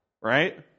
Right